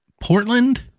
Portland